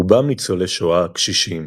רובם ניצולי שואה קשישים,